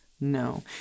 No